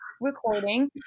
recording